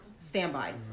standby